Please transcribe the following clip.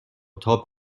تاب